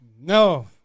No